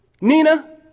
Nina